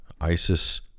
ISIS